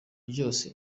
ryose